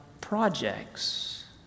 projects